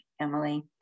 Emily